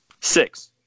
Six